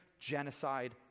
genocide